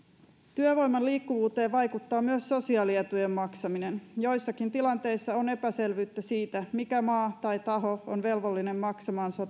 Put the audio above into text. työvoiman liikkuvuuteen vaikuttaa myös sosiaalietujen maksaminen joissakin tilanteissa on epäselvyyttä siitä mikä maa tai taho on velvollinen maksamaan